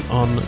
on